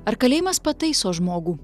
ar kalėjimas pataiso žmogų